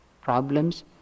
problems